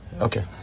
okay